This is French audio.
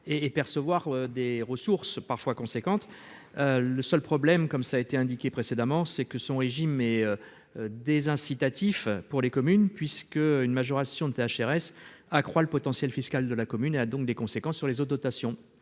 et percevoir des ressources parfois conséquente, le seul problème, comme cela a été indiqué précédemment, c'est que son régime et des incitatifs pour les communes, puisque une majoration de CHRS accroît le potentiel fiscal de la commune et a donc des conséquences sur les autres dotations,